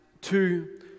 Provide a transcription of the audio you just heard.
two